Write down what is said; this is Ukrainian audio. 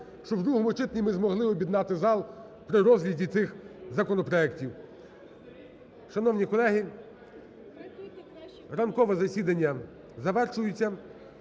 щоб в другому читанні ми змогли об'єднати зал при розгляді цих законопроектів. Шановні колеги, ранкове засідання завершується.